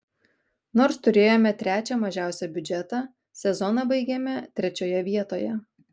nors turėjome trečią mažiausią biudžetą sezoną baigėme trečioje vietoje